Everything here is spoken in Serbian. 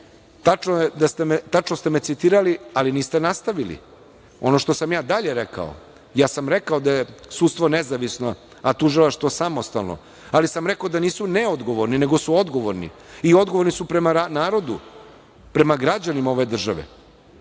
tačno ste me citirali, ali niste nastavili ono što sam ja dalje rekao. Ja sam rekao da je sudstvo nezavisno, a tužilaštvo samostalno, ali sam rekao da nisu neodgovorni, nego su odgovorni i odgovorni su prema narodu, prema građanima ove države.